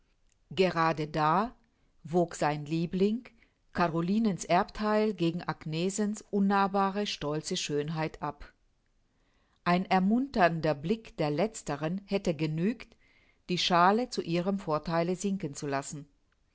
gerade da wog sein liebling carolinens erbtheil gegen agnesens unnahbare stolze schönheit ab ein ermunternder blick der letzteren hätte genügt die schale zu ihrem vortheile sinken zu lassen